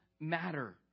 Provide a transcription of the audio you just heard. matter